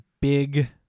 big